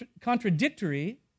contradictory